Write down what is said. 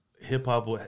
hip-hop